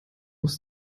muss